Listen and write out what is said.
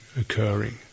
occurring